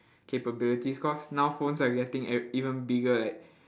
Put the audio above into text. capabilities cause now phones are getting e~ even bigger like